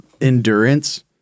endurance